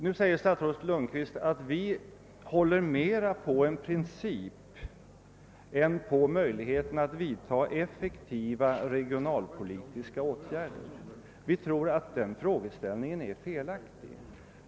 Nu påstår statsrådet Lundkvist att vi håller mera på en princip än på möjligheterna att vidta effektiva regionalpolitiska åtgärder. Vi tror att den frågeställningen är felaktig.